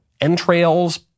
entrails